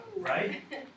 right